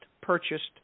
purchased